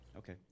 Okay